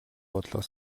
бодлого